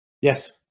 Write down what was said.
Yes